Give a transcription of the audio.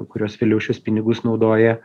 kurios vėliau šiuos pinigus naudoja